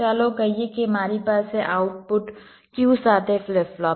ચાલો કહીએ કે મારી પાસે આઉટપુટ Q સાથે ફ્લિપ ફ્લોપ છે